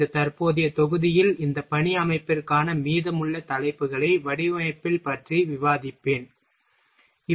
இந்த தற்போதைய தொகுதியில் இந்த பணி அமைப்பிற்கான மீதமுள்ள தலைப்புகளை வடிவமைப்பில் பற்றி விவாதிப்பேன் சரி